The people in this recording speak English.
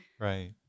Right